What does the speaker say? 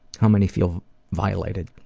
how many feel violated.